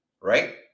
right